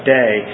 day